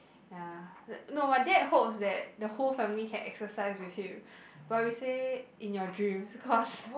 ya no my dad hopes that the whole family can exercise with him but we say in your dreams cause